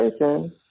person